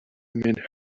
men